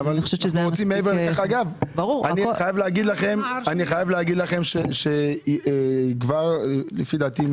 אני חייב לומר לכם שלדעתי,